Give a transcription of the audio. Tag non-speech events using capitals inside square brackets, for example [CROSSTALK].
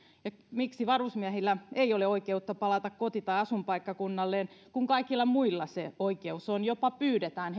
miksi varusmiehillä ei ole oikeutta palata koti tai asuinpaikkakunnalleen kun kaikilla muilla se oikeus on jopa pyydetään [UNINTELLIGIBLE]